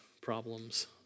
problems